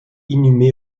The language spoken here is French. inhumé